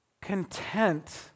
content